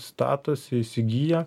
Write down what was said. statosi įsigiję